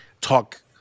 talk